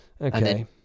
okay